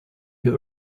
you